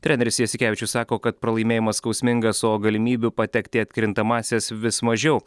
treneris jasikevičius sako kad pralaimėjimas skausmingas o galimybių patekti į atkrintamąsias vis mažiau